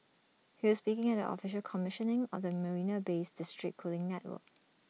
he was speaking at the official commissioning of the marina Bay's district cooling network